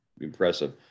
impressive